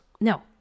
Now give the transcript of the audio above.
No